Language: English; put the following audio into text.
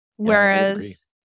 Whereas